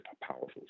powerful